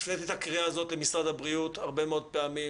הפניתי את הקריאה הזאת למשרד הבריאות הרבה מאוד פעמים,